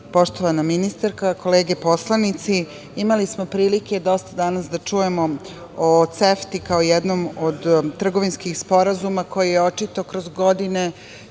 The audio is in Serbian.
poštovana ministarka, kolege poslanici, imali smo prilike dosta danas da čujemo o CEFTI, kao jednom od trgovinskih sporazuma koji je očito kroz godine,